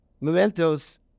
mementos